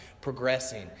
progressing